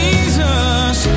Jesus